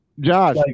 Josh